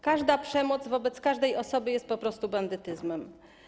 Każda przemoc wobec każdej osoby jest po prostu bandytyzmem.